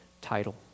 title